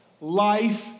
Life